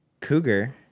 Cougar